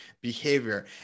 behavior